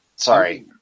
Sorry